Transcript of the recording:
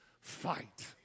fight